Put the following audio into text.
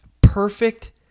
perfect